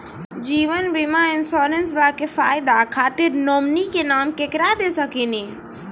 जीवन बीमा इंश्योरेंसबा के फायदा खातिर नोमिनी के नाम केकरा दे सकिनी?